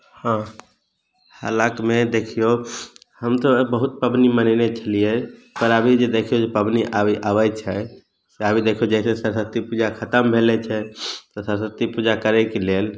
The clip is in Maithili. हँ हालाक मे देखियौ हम तऽ बहुत पबनी मनेने छलिए पर अभी जे देखियौ जे पबनी अभी अबैत छै से अभी देखियौ जैसे सरस्वती पूजा खतम भेलै छै तऽ सरस्वती पूजा करैके लेल